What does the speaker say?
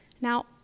Now